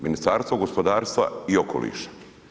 Ministarstvo gospodarstva i okoliša.